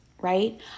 right